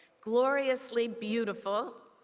gloriously beautiful,